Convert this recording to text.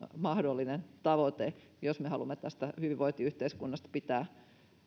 mahdollinen tavoite jos me haluamme tästä hyvinvointiyhteiskunnasta pitää